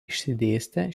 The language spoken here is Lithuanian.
išsidėstę